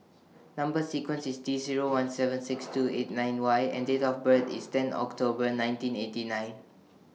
Number sequence IS T Zero one seven six two eight nine Y and Date of birth IS ten October nineteen eighty nine